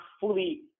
fully